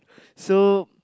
so